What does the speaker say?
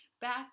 Back